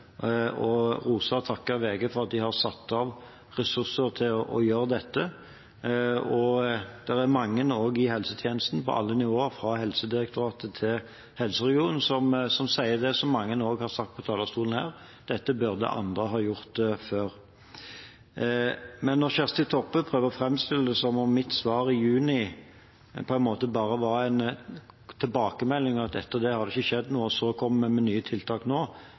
VG for at de har satt av ressurser til å gjøre dette. Det er mange også i helsetjenesten – på alle nivåer fra Helsedirektoratet til helseregionene – som sier det som mange har sagt på talerstolen her, at dette burde andre ha gjort før. Men når Kjersti Toppe prøver å framstille det som om mitt svar i juni på en måte bare var en tilbakemelding, og at etter det har det ikke skjedd noe, og så kommer vi med nye tiltak nå,